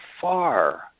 far